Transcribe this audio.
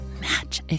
match